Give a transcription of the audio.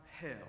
hell